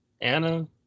Anna